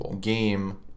game